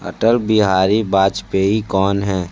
अटल बिहारी बाजपेई कौन है